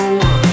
one